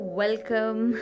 welcome